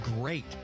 great